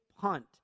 punt